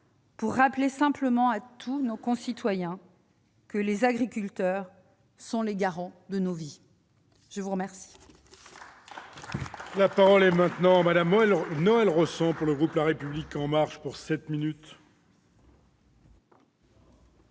et rappelons simplement à tous nos concitoyens que les agriculteurs sont les garants de nos vies. La parole